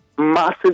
massive